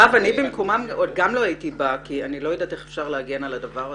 אני במקומם גם לא הייתי באה כי אני לא יודעת איך אפשר להגן על הדבר הזה.